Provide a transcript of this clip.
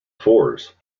fours